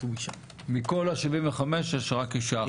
מכל ה-75 יש רק אישה אחת.